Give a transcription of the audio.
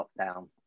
lockdown